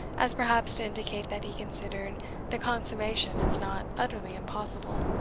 as perhaps to indicate that he considered the consummation as not utterly impossible.